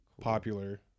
popular